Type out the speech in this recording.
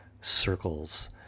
circles